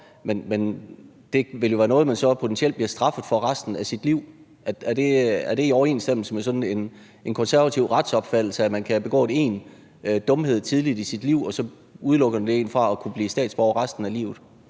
betinget eller ubetinget dom, potentielt bliver straffet for det resten af deres liv. Er det i overensstemmelse med sådan en konservativ retsopfattelse, at man kan begå én dumhed tidligt i sit liv, og så udelukker det en fra at kunne blive statsborger resten af livet?